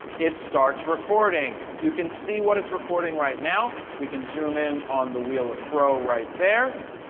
it starts recording. you can see what it's recording right now. we can zoom in on the wheel of fro right there,